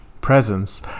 presence